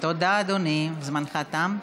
תודה, אדוני, זמנך תם.